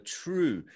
true